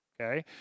Okay